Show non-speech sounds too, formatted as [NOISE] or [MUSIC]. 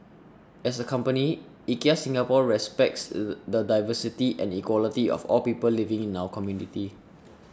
as a company IKEA Singapore respects [UNINTELLIGIBLE] the diversity and equality of all people living in our community